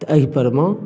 एहि पर मे